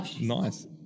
Nice